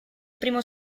primo